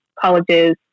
colleges